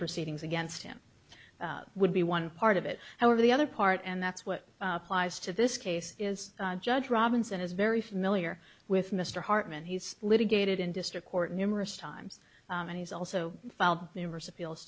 proceedings against him would be one part of it however the other part and that's what applies to this case is judge robinson is very familiar with mr hartman he's splitting gated in district court numerous times and he's also filed numerous appeals